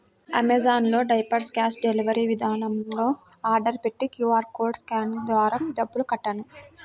Amazon లో diapers cash delivery విధానంలో order పెట్టి క్యూ.ఆర్ కోడ్ స్కానింగ్ ద్వారా డబ్బులు కట్టాను